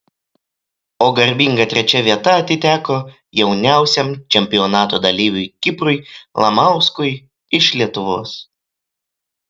o garbinga trečia vieta atiteko jauniausiam čempionato dalyviui kiprui lamauskui iš lietuvos